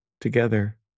together